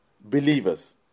believers